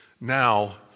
now